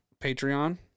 Patreon